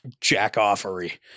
jackoffery